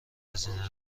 هزینه